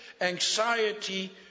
anxiety